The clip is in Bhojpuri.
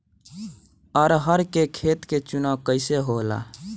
अरहर के खेत के चुनाव कइसे होला?